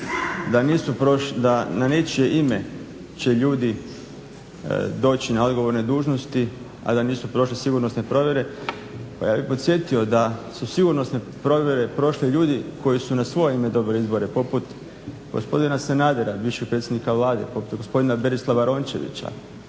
da na nečije ime će ljudi doći na odgovorne dužnosti a da nisu prošli sigurnosne provjere. Pa ja bih podsjetio da su sigurnosne provjere prošli ljudi koji su na svoje ime dobili izbore poput gospodina Sanadera bivšeg predsjednika vlade, poput gospodina Berislava Rončevića,